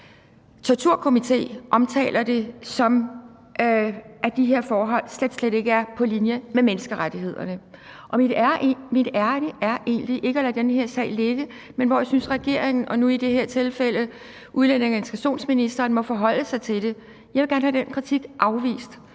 torturkomité omtaler det, som at de her forhold slet, slet ikke er på linje med menneskerettighederne. Mit ærinde er egentlig ikke at lade den her sag ligge, men jeg synes, at regeringen og nu i det her tilfælde udlændinge- og integrationsministeren må forholde sig til det. Jeg vil gerne have, at den kritik bliver